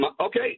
Okay